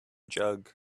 jug